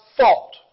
fault